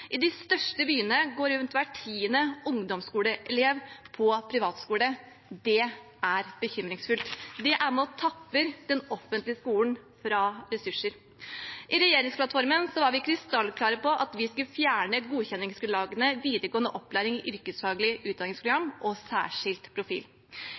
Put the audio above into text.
er bekymringsfullt. Det er med og tapper den offentlige skolen for ressurser. I regjeringsplattformen var vi krystallklare på at vi skulle fjerne godkjenningsgrunnlagene videregående opplæring i